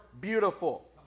beautiful